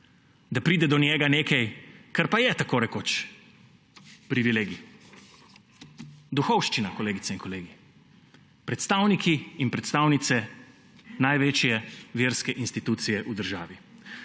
da pride do njega nekaj, kar pa je tako rekoč privilegij. Duhovščina, kolegice in kolegi. Predstavniki in predstavnice največje verske institucije v državi.